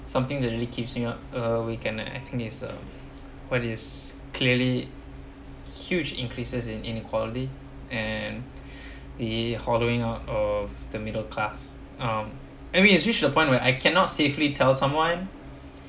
something that really keep keeps me up uh awake at night uh I think is a what is clearly huge increases in inequality and the hollowing out of the middle class um I mean it's reached the point where I cannot safely tell someone